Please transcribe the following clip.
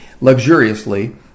luxuriously